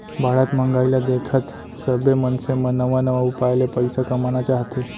बाढ़त महंगाई ल देखत सबे मनसे मन नवा नवा उपाय ले पइसा कमाना चाहथे